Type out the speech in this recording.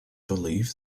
believe